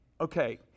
Okay